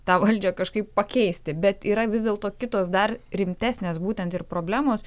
tą valdžią kažkaip pakeisti bet yra vis dėlto kitos dar rimtesnės būtent ir problemos